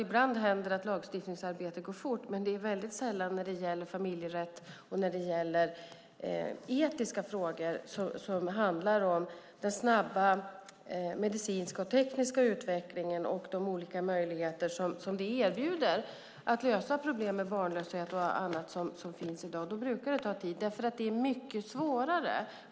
Ibland händer det att lagstiftningsarbetet går fort, men det gäller sällan familjerätt och etiska frågor som handlar om den snabba medicinska och tekniska utvecklingen och de olika möjligheter som den erbjuder för att lösa problem med barnlöshet och annat. Det brukar ta tid för att det är mycket svårare.